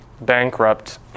bankrupt